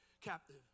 captive